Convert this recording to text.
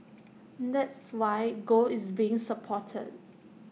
that's why gold is being supported